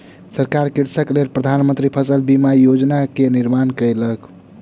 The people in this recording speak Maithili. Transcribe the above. सरकार कृषकक लेल प्रधान मंत्री फसल बीमा योजना के निर्माण कयलक